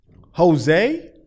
Jose